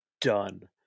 done